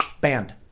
Banned